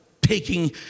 taking